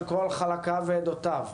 על כל חלקיו ועדותיו,